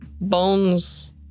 bones